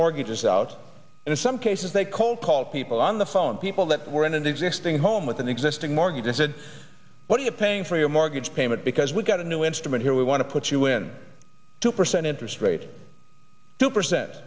mortgages out in some cases they cold call people on the phone people that were in an existing home with an existing mortgage and said what are you paying for your mortgage payment because we've got a new instrument here we want to put you in a two percent interest rate two percent